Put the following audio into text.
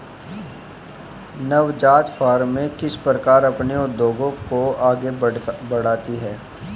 नवजात फ़र्में किस प्रकार अपने उद्योग को आगे बढ़ाती हैं?